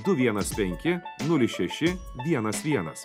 du vienas penki nulis šeši vienas vienas